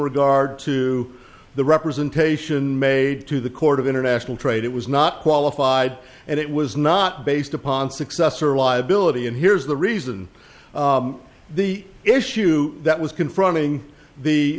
regard to the representation made to the court of international trade it was not qualified and it was not based upon success or a liability and here's the reason the issue that was confronting the